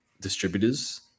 distributors